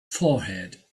forehead